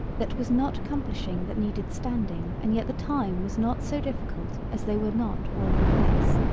that was not accomplishing that needed standing and yet the time was not so difficult as they were not all in place.